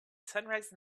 sunrise